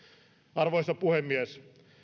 arvoisa puhemies